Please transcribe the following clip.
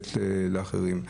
לתת לאחרים.